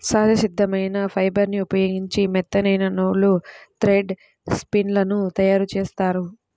సహజ సిద్ధమైన ఫైబర్ని ఉపయోగించి మెత్తనైన నూలు, థ్రెడ్ స్పిన్ లను తయ్యారుజేత్తారు